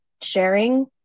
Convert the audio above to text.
sharing